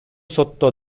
сотто